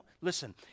Listen